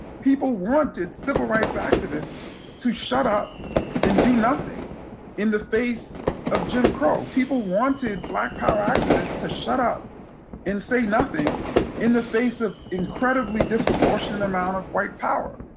people wanted civil rights activists to shut up and do nothing in the face of jim crow. people wanted black power activists to shut up and say nothing in the face of incredibly disproportionate amount of white power.